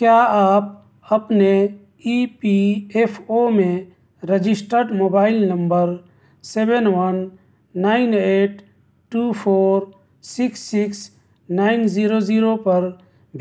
کیا آپ اپنے ای پی ایف او میں registered mobile number seven one nine eight two four six six nine zero zero پر